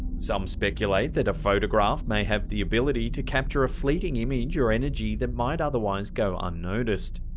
some speculate that a photograph may have the ability to capture a fleeting image, or energy that might otherwise go unnoticed,